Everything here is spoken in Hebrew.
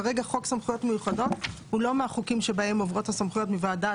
כרגע חוק סמכויות מיוחדות הוא לא מהחוקים שבהם עוברות הסמכויות מוועדת